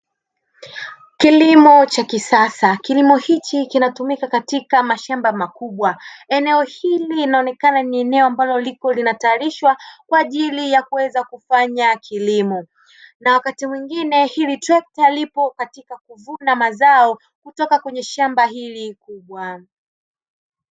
Kilimo cha kisasa; kilimo hiki kinatumika katika mashamba makubwa. Eneo hili linaonekana ni eneo ambalo liko linatayarishwa kwa ajili ya kuweza kufanya kilimo, na wakati mwingine hili trekta lipo katika kuvuna mazao kutoka kwenye shamba hili kubwa.